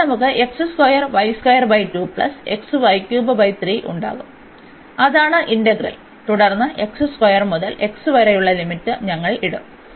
അതിനാൽ നമുക്ക് ഉണ്ടാകും അതാണ് ഇന്റഗ്രൽ തുടർന്ന് മുതൽ വരെയുമുള്ള ലിമിറ്റ് ഞങ്ങൾ ഇടും